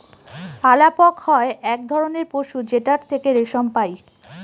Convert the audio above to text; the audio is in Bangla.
আলাপক হয় এক ধরনের পশু যেটার থেকে রেশম পাই